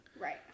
Right